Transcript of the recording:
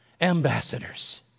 ambassadors